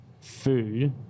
food